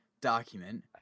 document